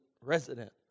resident